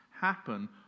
happen